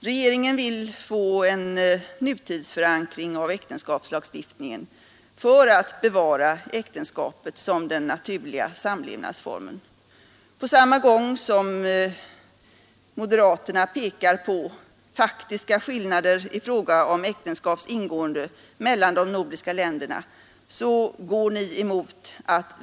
Regeringen vill få en nutidsförankring av äktenskapslagstiftningen för att bevara äktenskapet som den naturliga samlevnadsformen.